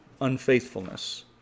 unfaithfulness